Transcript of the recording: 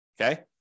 Okay